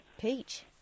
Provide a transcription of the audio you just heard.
peach